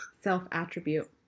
Self-attribute